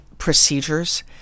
procedures